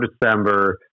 December